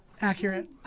accurate